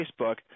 Facebook